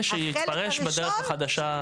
(5) שיתפרש בדרך החדשה.